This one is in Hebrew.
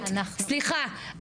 סליחה,